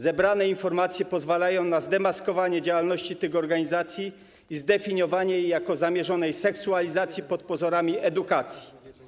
Zebrane informacje pozwalają na zdemaskowanie działalności tych organizacji i zdefiniowanie jej jako zamierzonej seksualizacji pod pozorami edukacji.